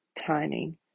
timing